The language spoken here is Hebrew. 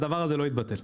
הדבר הזה לא יתבטל.